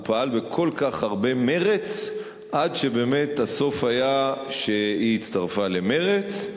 הוא פעל בכל כך הרבה מרץ עד שבאמת הסוף היה שהיא הצטרפה למרצ,